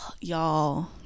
y'all